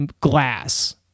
Glass